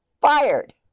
fired